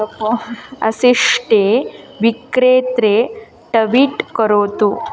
अशिष्टे विक्रेत्रे टवीट् करोतु